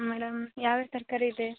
madam ಯಾವ ಯಾವ ತರಕಾರಿ ಇದೆ